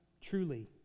truly